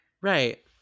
Right